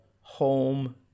home